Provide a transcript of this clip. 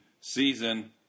season